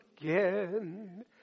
again